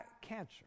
cancer